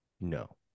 No